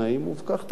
ובכך תם העניין.